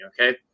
okay